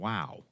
Wow